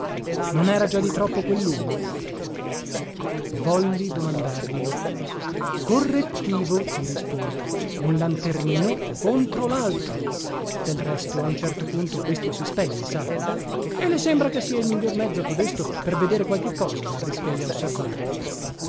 non era già di troppo quelluno volli domandarglielo correttivo mi rispose un lanternino contro laltro del resto a un certo punto questo si spegne sa e le sembra che sia il miglior mezzo codesto per vedere qualche cosa marrischiai a osservare